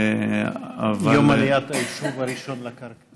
אבל, יום עליית היישוב הראשון לקרקע.